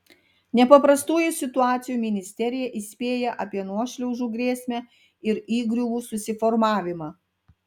nepaprastųjų situacijų ministerija įspėja apie nuošliaužų grėsmę ir įgriuvų susiformavimą